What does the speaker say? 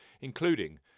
including